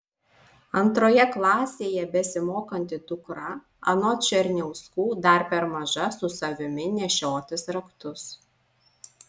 antroje klasėje besimokanti dukra anot černiauskų dar per maža su savimi nešiotis raktus